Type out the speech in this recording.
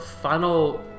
final